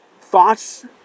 thoughts